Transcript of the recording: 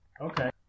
okay